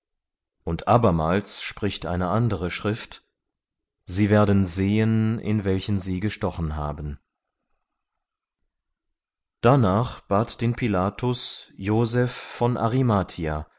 und abermals spricht eine andere schrift sie werden sehen in welchen sie gestochen haben darnach bat den pilatus joseph von